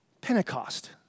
Pentecost